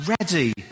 ready